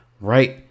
right